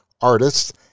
artists